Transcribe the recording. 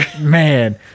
Man